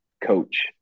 coach